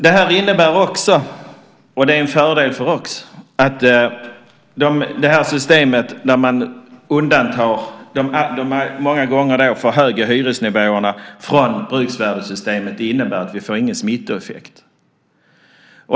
Det här innebär också, och det är en fördel för oss, när det gäller systemet när man undantar de många gånger för höga hyresnivåerna från bruksvärdessystemet att vi inte får någon smittoeffekt.